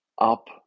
up